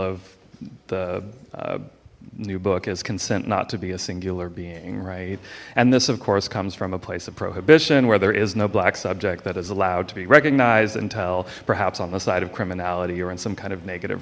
of the new book is consent not to be a singular being right and this of course comes from a place of prohibition where there is no black subject that is allowed to be recognized until perhaps on the side of criminality or in some kind of negative